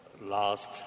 last